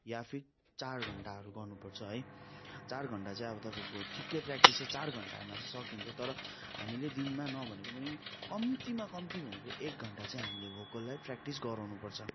वा फिर चार घण्टाहरू गर्नु पर्छ है चार घण्टा चाहिँ अब तपाईँको ठिकै प्र्याक्टिस चाहिँ चार घण्टामा चाहिँ सकिन्छ तर हामीले दिनमा नभनेको पनि कम्तीमा कम्ती भनेको एक घण्टा चाहिँ हामीले भोकललाई प्र्याक्टिस गराउनु पर्छ